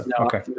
Okay